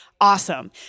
Awesome